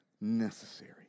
necessary